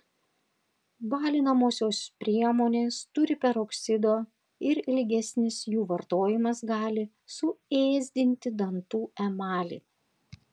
balinamosios priemonės turi peroksido ir ilgesnis jų vartojimas gali suėsdinti dantų emalį